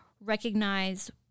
recognize